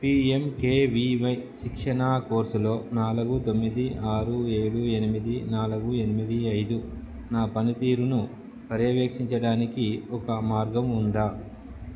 PMKVY శిక్షణా కోర్సులో నాలుగు తొమ్మిది ఆరు ఏడు ఎనిమిది నాలుగు ఎనిమిది ఐదు నా పనితీరును పర్యవేక్షించడానికి ఒక మార్గం ఉందా